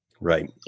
Right